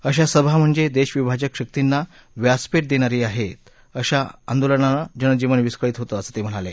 अशा सभा म्हणजे देशविभाजक शक्तींना व्यासपीठ देणारी आहे अशा आंदोलनांने जनजीवन विस्कळीत होतं असं ते म्हणाले